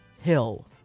Hill